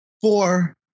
Four